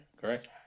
correct